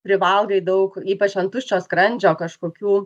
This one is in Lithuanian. privalgai daug ypač ant tuščio skrandžio kažkokių